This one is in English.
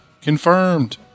Confirmed